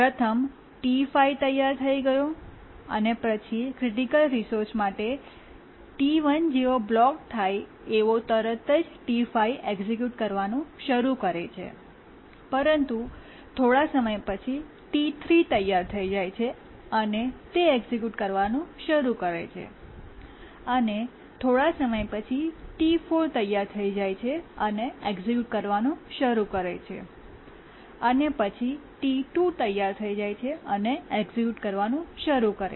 પ્રથમ T5 તૈયાર થઈ ગયો અને પછી ક્રિટિકલ રિસોર્સ માટે T1 જેઓ બ્લોક થાય તેવો તરત જ T5 એક્ઝેક્યુટ કરવાનું શરૂ કરે છે પરંતુ થોડા સમય પછી T3 તૈયાર થઈ જાય છે અને તે એક્ઝેક્યુટ કરવાનું શરૂ કરે છે અને થોડા સમય પછી T4 તૈયાર થઈ જાય છે અને એક્ઝિક્યુટ કરવાનું શરૂ કરે છે અને પછી T2 તૈયાર થઈ જાય છે અને એક્ઝેક્યુટ કરવાનું શરૂ કરે છે